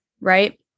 right